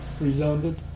resounded